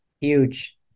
Huge